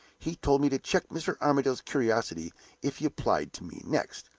he told me to check mr. armadale's curiosity if he applied to me next.